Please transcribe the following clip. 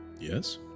yes